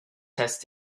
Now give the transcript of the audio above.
test